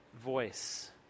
voice